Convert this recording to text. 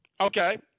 Okay